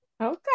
Okay